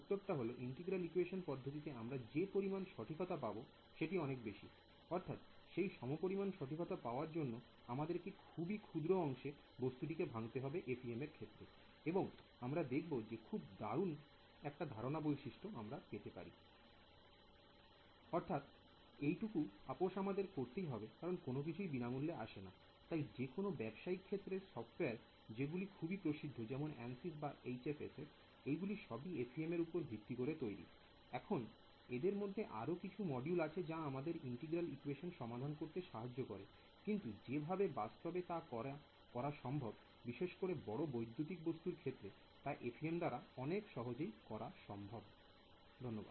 উত্তরটি হলো integral equation পদ্ধতিতে আমরা যে পরিমাণ সঠিকতা পাব সেটি অনেক বেশি I অর্থাৎ সেই সমপরিমাণ সঠিকতা পাওয়ার জন্য আমাদেরকে খুবই ক্ষুদ্র অংশে বস্তুটিকে ভাঙতে হবে FEM এর ক্ষেত্রে I এবং আমরা দেখব যে খুব দারুণ একটি ধারণা বৈশিষ্ট্য আমরা পেতে পারি I অর্থাৎ এইটুকু আপস আমাদের করতেই হবে কারণ কোন কিছুই বিনামূল্যে আসেনা I তাই যেকোন ব্যবসায়িক ক্ষেত্রে সফটওয়্যার যেগুলি খুবই প্রসিদ্ধ যেমন ANSYS বা HFSS এগুলি সবই FEM এর উপর ভিত্তি করে তৈরি I এখন এদের মধ্যে আরো কিছু মডিউল আছে যা আমাদের ইন্টিগ্রাল ইকোয়েশন সমাধান করতে সাহায্য করে I কিন্তু যেভাবে বাস্তবে তা করা সম্ভব বিশেষ করে বড় বৈদ্যুতিক বস্তুর ক্ষেত্রে তা FEM দাঁড়া অনেক সহজেই করা সম্ভব I